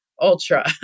ultra